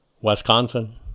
Wisconsin